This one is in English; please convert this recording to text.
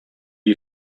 you